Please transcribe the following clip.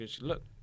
look